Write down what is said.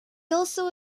also